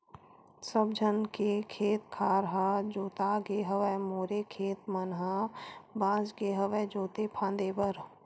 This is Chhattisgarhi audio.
सब झन के खेत खार ह जोतागे हवय मोरे खेत मन ह बचगे हवय जोते फांदे बर